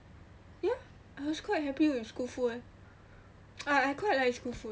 ya I was quite happy with school food eh I I quite liked school food